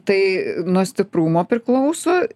tai nuo stiprumo priklauso